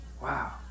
wow